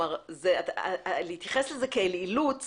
להתייחס לזה כאילוץ